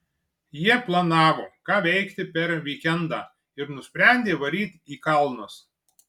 jie planavo ką veikti per vykendą ir nusprendė varyt į kalnus